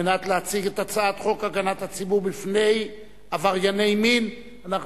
כדי להציג את הצעת חוק הגנה על הציבור מפני עברייני מין (תיקון